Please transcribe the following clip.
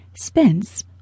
Spence